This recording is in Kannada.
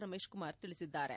ರಮೇಶ್ ಕುಮಾರ್ ತಿಳಿಸಿದ್ದಾರೆ